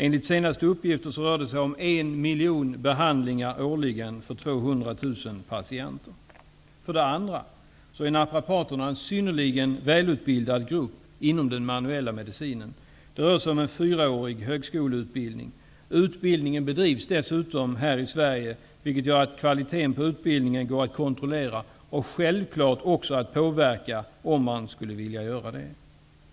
Enligt de senaste uppgifterna rör det sig om 1 miljon behandlingar årligen för 200 000 patienter. För det andra: Naprapaterna är en synnerligen välutbildad grupp inom den manuella medicinen. Det rör sig om en fyraårig högskoleutbildning. Utbildningen bedrivs dessutom här i Sverige, vilket gör att kvaliteten på utbildningen går att kontrollera och självfallet också att påverka, om man skulle vilja göra det.